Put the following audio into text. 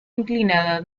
inclinada